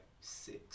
six